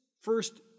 first